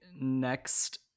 next